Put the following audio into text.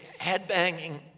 headbanging